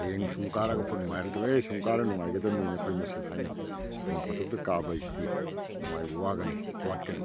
ꯍꯌꯦꯡ ꯁꯨꯝ ꯀꯥꯔꯛꯑꯒ ꯅꯨꯡꯉꯥꯏꯇꯕ ꯑꯦ ꯁꯨꯝ ꯀꯥꯔꯒ ꯅꯨꯡꯉꯥꯏꯒꯗꯝꯅꯦꯅ ꯑꯩꯈꯣꯏ ꯃꯁꯦꯟ ꯍꯥꯏꯅꯩ ꯅꯣꯡ ꯐꯥꯗꯣꯛꯇ ꯀꯥꯕ ꯍꯥꯏꯁꯤꯗꯤ ꯅꯨꯡꯉꯥꯏꯕ ꯋꯥꯒꯅꯤ ꯋꯥꯠꯀꯅꯤ